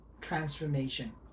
transformation